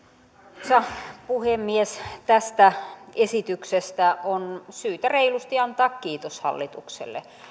arvoisa puhemies tästä esityksestä on syytä reilusti antaa kiitos hallitukselle